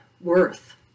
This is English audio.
worth